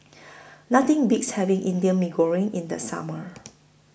Nothing Beats having Indian Mee Goreng in The Summer